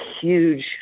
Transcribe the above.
huge